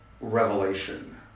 revelation